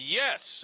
yes